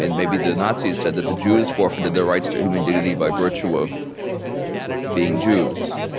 and maybe the nazis said that the jews forfeited their rights to human dignity by virtue of being jews.